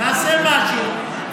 נעשה משהו.